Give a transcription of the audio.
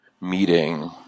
meeting